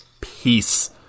peace